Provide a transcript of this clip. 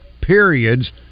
Periods